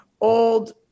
old